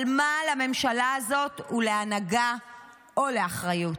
אבל מה לממשלה הזאת ולהנהגה או לאחריות?